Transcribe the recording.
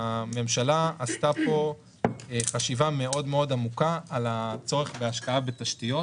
הממשלה עשתה פה חשיבה מאוד עמוקה על הצורך בהשקעה בתשתיות,